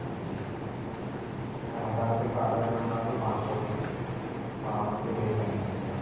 جی تو میں ہزار روپئے کا آڈر کروں گا تو پانچ سو روپئے مجھے پے کرنے ہوں گے